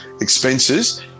expenses